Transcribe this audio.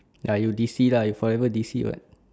ya you DC lah you forever DC [what]